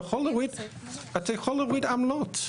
אתה יכול להוריד עמלות,